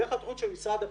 דרך התכנית של משרד הפנים,